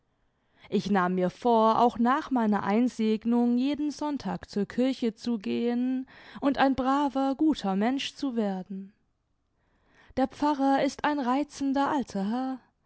ich nahm mir vor auch nach meiner einsegnung jeden sonntag zur kirche zu gehen und ein braver guter mensch zu werden der pfarrer ist ein reizender alter herr